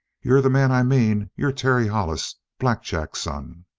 you're the man i mean you're terry hollis, black jack's son?